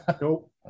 Nope